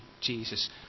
Jesus